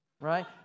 Right